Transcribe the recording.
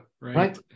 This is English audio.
Right